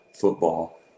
football